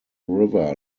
river